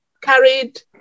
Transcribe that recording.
carried